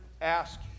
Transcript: ask